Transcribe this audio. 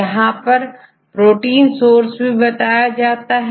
यहां पर protein source भी बताया जाता है